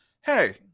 hey